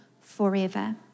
forever